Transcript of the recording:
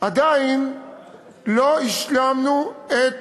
עדיין לא השלמנו את